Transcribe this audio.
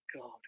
God